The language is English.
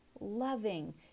loving